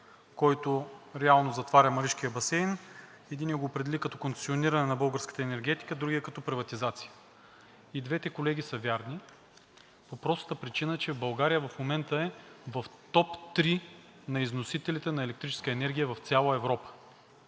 който реално затваря Маришкия басейн. Единият го определи като концесиониране на българската енергетика, а другият – като приватизация. Колеги, и двете са верни по простата причина, че България в момента е в топ 3 на износителите на електрическа енергия в цяла Европа.